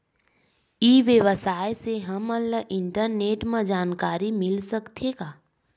ई व्यवसाय से हमन ला इंटरनेट मा जानकारी मिल सकथे का?